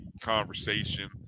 conversation